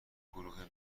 گروه